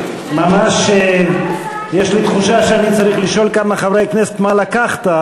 ממש יש לי תחושה שאני צריך לשאול כמה חברי כנסת "מה לקחת?",